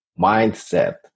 mindset